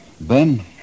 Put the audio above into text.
Ben